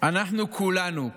אנחנו כולנו,